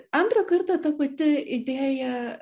antrą kartą ta pati idėja